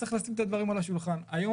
צריך לשים את הדברים על השולחן: היום